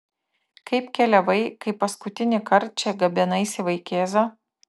kaip keliavai kai paskutinįkart čia gabenaisi vaikėzą